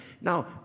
Now